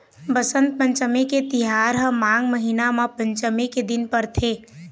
बसंत पंचमी के तिहार ह माघ महिना म पंचमी के दिन परथे